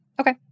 Okay